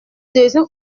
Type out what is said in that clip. deuxième